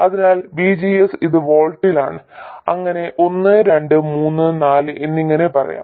അതിനാൽ VGS ഇത് വോൾട്ടിലാണ് അങ്ങനെ ഒന്ന് രണ്ട് മൂന്ന് നാല് എന്നിങ്ങനെ പറയാം